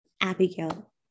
Abigail